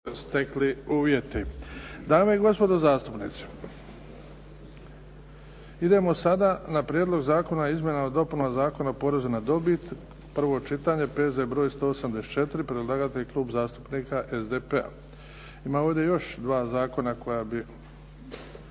Luka (HDZ)** Dame i gospodo zastupnici idemo sada na - Prijedlog zakona o izmjenama i dopunama Zakona o porezu na dobit, prvo čitanje, P.Z. br. 184 Predlagatelj Klub zastupnika SDP-a. Ima još ovdje dva zakona koja bi,